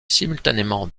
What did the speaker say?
simultanément